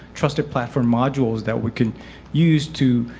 trusted platform modules, that we can use to,